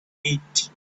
eat